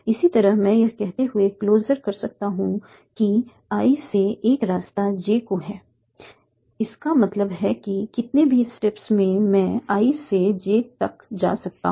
इसी तरह मैं यह कहते हुए क्लोजर कर सकता हूं कि i से एक रास्ता j को है इसका मतलब है कि कितने भी स्टेप्स में मैं i से j तक जा सकता हूं